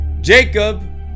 Jacob